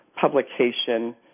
publication